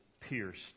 pierced